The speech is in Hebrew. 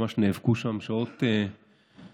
שממש נאבקו שם שעות ארוכות,